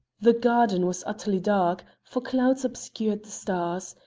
the garden was utterly dark, for clouds obscured stars,